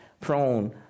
prone